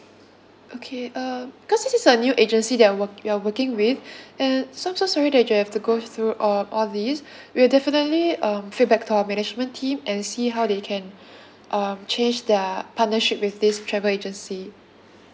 okay uh because this is a new agency that are work~ we're working with and so so sorry that you have to go through all all these we'll definitely um feedback to our management team and see how they can um change their partnership with this travel agency